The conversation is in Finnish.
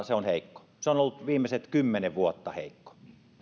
se on heikko se ollut viimeiset kymmenen vuotta heikko